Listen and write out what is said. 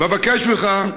אבקש ממך,